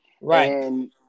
Right